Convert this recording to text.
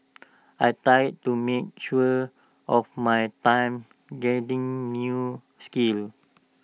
I tried to make use of my time gaining new skills